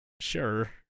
sure